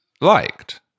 liked